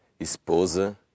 esposa